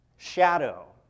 Shadow